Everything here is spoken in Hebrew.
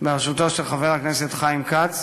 בראשות חבר הכנסת חיים כץ